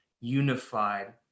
unified